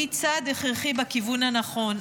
היא צעד הכרחי בכיוון הנכון.